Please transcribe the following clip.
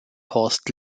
horst